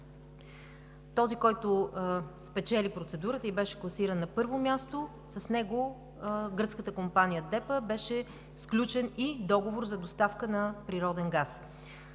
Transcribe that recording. Този, който спечели процедурата и беше класиран на първо място, с него гръцката компания „Депа“ сключи договор за доставка на природен газ.